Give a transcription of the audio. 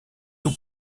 sous